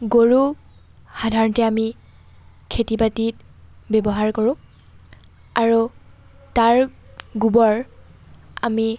গৰু সাধাৰণতে আমি খেতি বাতিত ব্যৱহাৰ কৰোঁ আৰু তাৰ গোবৰ আমি